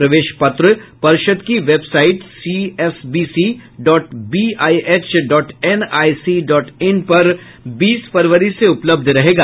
प्रवेश पत्र पर्षद् की website CSBC dot BIH dot NIC dot in पर बीस फरवरी से उपलब्ध रहेगा